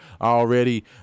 already